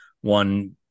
one